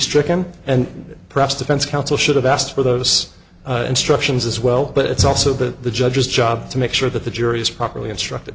stricken and perhaps defense counsel should have asked for those instructions as well but it's also been the judge's job to make sure that the jury is properly instructed